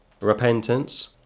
repentance